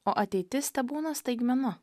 o ateitis tebūna staigmena